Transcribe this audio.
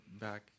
back